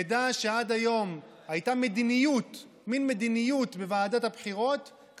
מידע שעד היום הייתה מין מדיניות בוועדת הבחירות,